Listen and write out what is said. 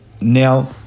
Now